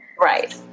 right